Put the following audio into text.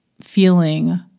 feeling